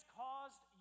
caused